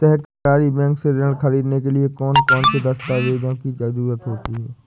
सहकारी बैंक से ऋण ख़रीदने के लिए कौन कौन से दस्तावेजों की ज़रुरत होती है?